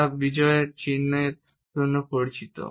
তা বিজয়ের চিহ্নের জন্য পরিচিত